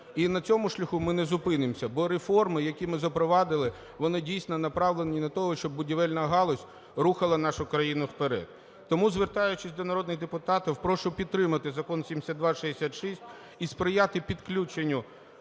і на цьому шляху ми не зупинимося, бо реформи, які ми запровадили, вони, дійсно, направлені на те, щоб будівельна галузь рухала нашу крану вперед. Тому, звертаючись до народних депутатів, прошу підтримати Закон 7266 і сприяти підключенню